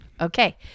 Okay